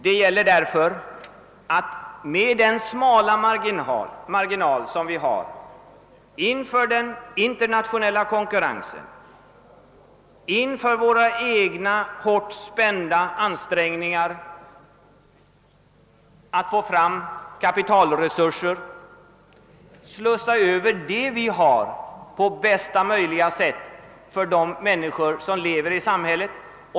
Det gäller därför att med de smala marginaler vi har i den internationella konkurrensen och med vårt pressade läge få fram tillräckliga kapitalresurser, och använda vad vi har på bästa möjliga sätt för de människor som lever i samhället.